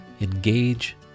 engage